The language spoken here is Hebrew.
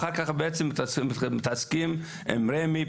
ואחר כך בעצם מתעסקים עם רמ"י,